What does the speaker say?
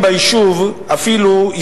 אתמול הזדמן לי,